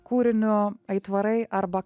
kūriniu aitvarai arba